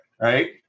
right